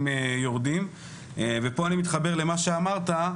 יורדים ופה אני מתחבר למה שאמרת,